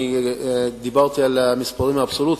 דיברתי על המספרים האבסולוטיים.